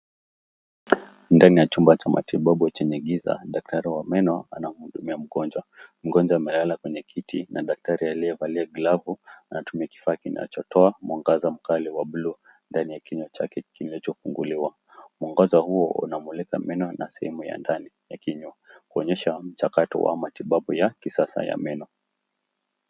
Ndani ya chumba cha matibabu chenye giza dakitari wa meno anamuhudumia mgonjwa. Mgonjwa amelala kwenye kiti na dakitari aliyevalia glavu, anatumia kifaa kinachotoa mwangaza mkali wa blue , ndani ya kinywa chake kinacho funguliwa . Mwangaza huo unamlika meno na sehemu ya ndani ya kinywa, kuonyesha mchakato wa matibabu ya kisasa ya meno.